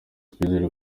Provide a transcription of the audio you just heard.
twizere